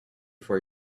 for